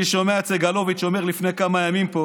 אני שומע את סגלוביץ' אומר לפני כמה ימים פה